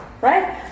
right